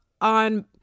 on